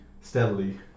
steadily